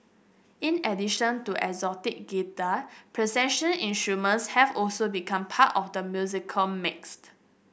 in addition to acoustic guitar procession instruments have also become part of the musical mixed